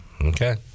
Okay